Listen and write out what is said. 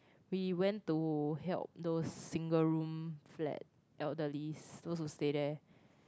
we went to help those single room flat elderlies those who stay there